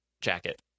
jacket